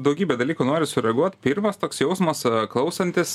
daugybė dalykų noriu sureaguot pirmas toks jausmas klausantis